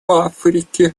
африке